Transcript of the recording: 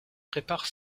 prépare